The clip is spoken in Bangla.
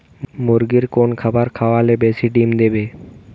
মুরগির কোন খাবার খাওয়ালে বেশি ডিম দেবে?